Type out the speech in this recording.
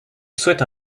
souhaite